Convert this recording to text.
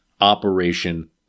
Operation